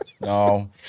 No